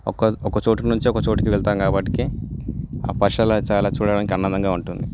ఒక ఒక చోట నుంచి ఒక చోటుకి వెళ్తాం కాబట్టి ఆ పరిసరాలు చాలా చూడడానికి ఆనందంగా ఉంటుంది